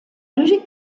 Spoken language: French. logique